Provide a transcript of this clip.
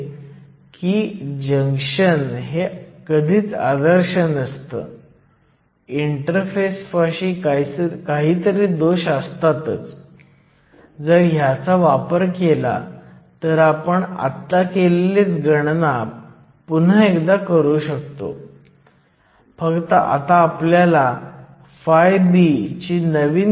तर ही reverse saturation current density आहे करंटची गणना करण्यासाठी आपल्याला फक्त क्षेत्रफळाने गुणाकार करणे आवश्यक आहे